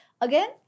again